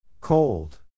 Cold